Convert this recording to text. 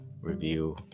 review